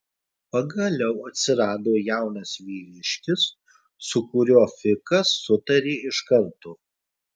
pagaliau atsirado jaunas vyriškis su kuriuo fikas sutarė iš karto